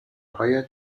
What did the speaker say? هایت